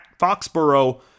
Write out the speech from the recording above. Foxborough